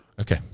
Okay